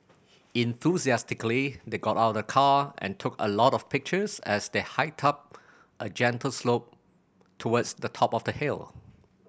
enthusiastically they got out of the car and took a lot of pictures as they hiked up a gentle slope towards the top of the hill